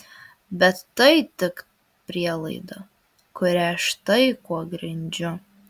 bet tai tik prielaida kurią štai kuo grindžiu